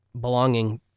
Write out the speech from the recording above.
belonging